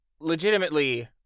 legitimately